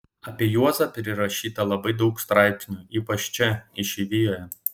apie juozą prirašyta labai daug straipsnių ypač čia išeivijoje